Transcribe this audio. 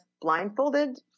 blindfolded